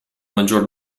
maggior